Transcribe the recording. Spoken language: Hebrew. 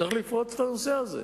צריך לפרוץ את הנושא הזה.